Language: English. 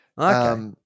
Okay